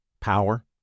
power